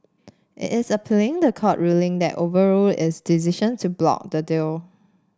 it is appealing the court ruling that overruled its decision to block the deal